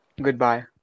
Goodbye